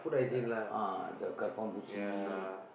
the ah the கரப்பான்பூச்சி:karappaanpuuchsi